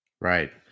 Right